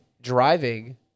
driving